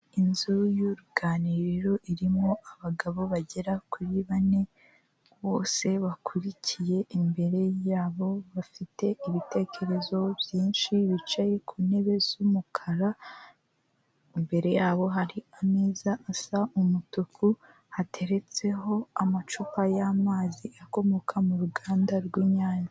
Inzu y'uruganiriro irimo abagabo bagera kuri bane bose bakurikiye, imbere yabo bafite ibitekerezo byinshi, bicaye ku ntebe z'umukara, imbere yabo hari ameza asa umutuku hateretseho amacupa y'amazi akomoka mu ruganda rw'inyange.